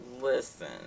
listen